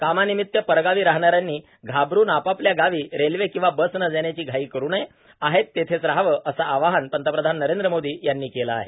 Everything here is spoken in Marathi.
कामानिमित्त परगावी राहणाऱ्यांनी घाबरून आपापल्या गावी रेल्वे किंवा बसने जाण्याची घाई करु नये आहेत तिथेच रहावं असं आवाहन पंतप्रधान नरेंद्र मोदी यांनी केलं आहे